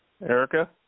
Erica